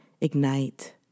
ignite